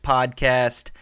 Podcast